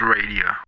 Radio